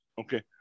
okay